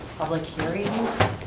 public hearings.